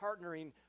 partnering